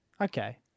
Okay